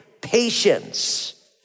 patience